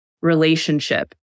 relationship